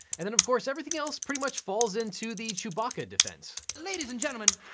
and then of course, everything else pretty much falls into the chewbacca defense. ladies and gentlemen,